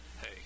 hey